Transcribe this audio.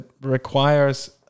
requires